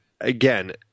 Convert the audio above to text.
again